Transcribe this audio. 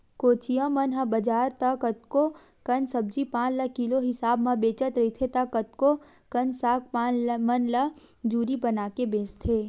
कोचिया मन ह बजार त कतको कन सब्जी पान ल किलो हिसाब म बेचत रहिथे त कतको कन साग पान मन ल जूरी बनाके बेंचथे